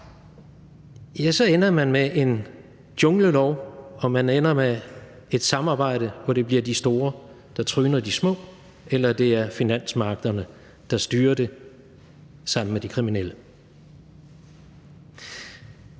– så ender man med en junglelov, og man ender med et samarbejde, hvor det bliver de store, der tryner de små, eller hvor det er finansmarkederne, der styrer det sammen med de kriminelle.